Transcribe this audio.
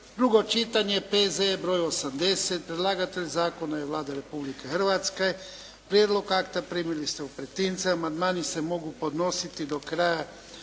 drugo čitanje, P.Z.E. br. 80 Predlagatelj zakona je Vlada Republike Hrvatske. Prijedlog akta primili ste u pretince. Amandmani se mogu podnositi do kraja